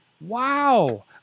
Wow